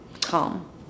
calm